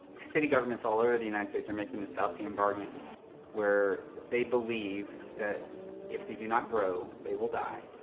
city governments all over the united states are making this faustian bargain where they believe that if they do not grow, they will die.